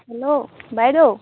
hello বাইদেউ